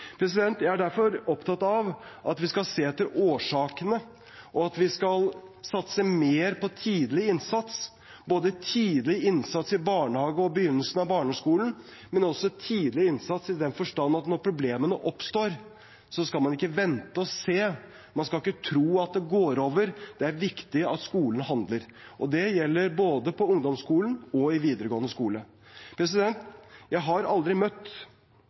Jeg er derfor opptatt av at vi skal se etter årsakene, og at vi skal satse mer på tidlig innsats, både i barnehage og tidlig i barneskolen – også tidlig innsats i den forstand at når problemene oppstår, skal man ikke vente og se, man skal ikke tro at det går over. Det er viktig at skolen handler. Det gjelder både på ungdomsskolen og i videregående skole. Jeg har aldri møtt